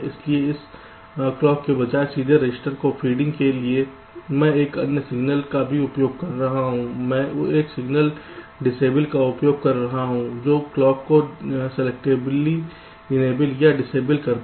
इसलिए इस क्लॉक के बजाय सीधे रजिस्टर को फीडिंग के लिए मैं एक अन्य सिग्नल का भी उपयोग कर रहा हूंमैं एक सिग्नल डिसएबल का उपयोग कर रहा हूं जो क्लॉक को सिलेक्टिवली इनेबल या डिसएबल करता है